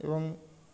এবং